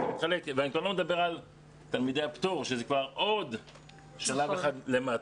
אני כבר לא מדבר על תלמידי הפטור שזה כבר עוד שלב אחד למטה.